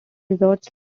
resorts